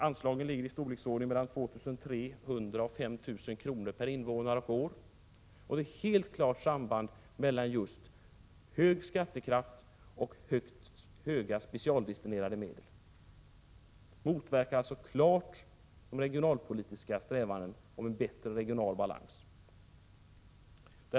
Anslagen liggeri storleksordningen 2 300-5 000 kr. per invånare och år. Det finns ett klart samband mellan hög skattekraft och höga specialdestinerade statsbidrag. Det motverkar alltså klart de regionalpolitiska strävandena mot en bättre regional balans.